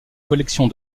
collection